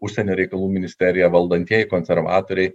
užsienio reikalų ministerija valdantieji konservatoriai